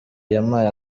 yampaye